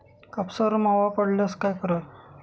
कापसावर मावा पडल्यास काय करावे?